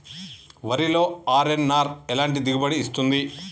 వరిలో అర్.ఎన్.ఆర్ ఎలాంటి దిగుబడి ఇస్తుంది?